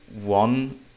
one